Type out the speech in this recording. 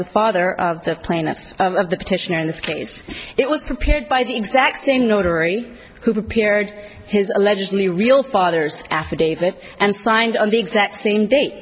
the father of the planet of the petitioner in this case it was prepared by the exacting notary who prepared his allegedly real father's affidavit and signed on the exact same day